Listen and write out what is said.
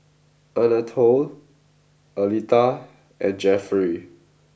Anatole Aletha and Jefferey